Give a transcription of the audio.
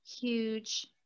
huge